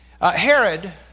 Herod